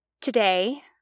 Today